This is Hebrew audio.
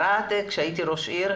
כשהייתי ראש עיר,